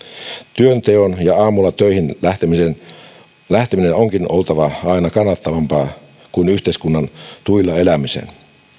työnteon ja aamulla töihin lähtemisen lähtemisen onkin oltava aina kannattavampaa kuin yhteiskunnan tuilla elämisen